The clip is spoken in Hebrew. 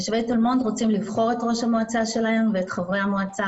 תושבי תל מונד רוצים לבחור את ראש המועצה שלהם ואת חברי המועצה,